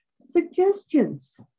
Suggestions